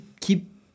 keep